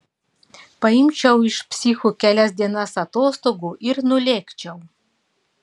paimčiau iš psichų kelias dienas atostogų ir nulėkčiau